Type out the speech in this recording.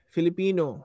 Filipino